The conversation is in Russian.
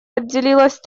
отделилось